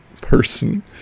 person